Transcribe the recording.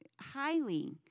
highly